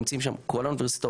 נמצאים שם כל האוניברסיטאות,